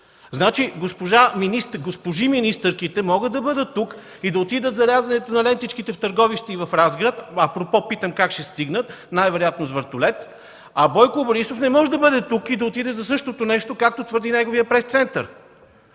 Значи госпожи министърките могат да бъдат тук и да отидат за рязането на лентичките в Търговище и в Разград, апропо питам: как ще стигнат – най-вероятно с вертолет, а Бойко Борисов не може да бъде тук и да отиде за същото нещо, както твърди неговия пресцентър.